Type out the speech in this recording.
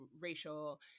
racial